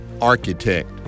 architect